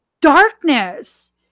darkness